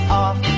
off